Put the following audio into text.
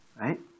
right